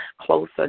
closer